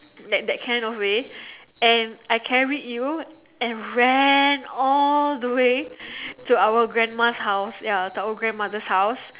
that that kind of way and I carried you and ran all the way to our grandma's house ya to our grandmother's house